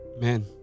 Man